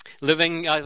Living